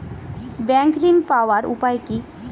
Bank ঋণ পাওয়ার উপায় কি?